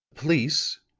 police,